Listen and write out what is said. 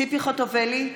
ציפי חוטובלי,